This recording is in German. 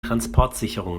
transportsicherung